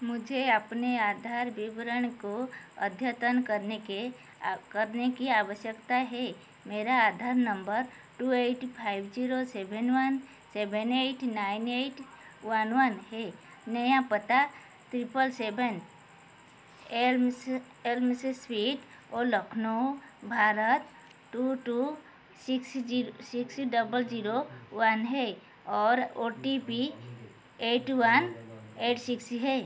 मुझे अपने आधार विवरण को अद्यतन करने के करने की अवश्यकता हे मेरा Aadhaar number two eight five zero seven one seven eight nine eight one one है नया पता triple seven elms elms street ओ Lucknow Bharat two two six six double zero one है और O T P eight one eight six है